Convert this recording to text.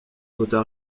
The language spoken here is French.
vota